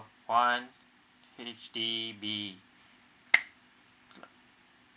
one H_D_B